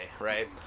right